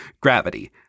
gravity